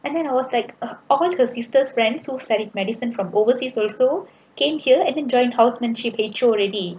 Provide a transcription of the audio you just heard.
and then I was like err all her sister's friends who study medicine from overseas also came here and then join housemanship withdraw already